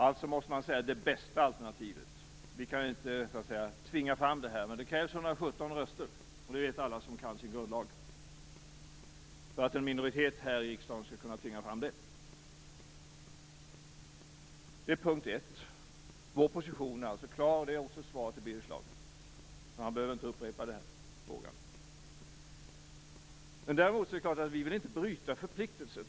Alltså måste man tala om det bästa beslutet. Vi kan inte tvinga fram detta här, men det krävs - det vet alla som kan sin grundlag - 117 röster för att en minoritet här i riksdagen skall kunna tvinga fram frågan till behandling. Detta är punkt ett. Vår position är klar, och det är svaret till Birger Schlaug. Han behöver alltså inte upprepa den frågan. Det är däremot klart att vi inte vill bryta förpliktelser.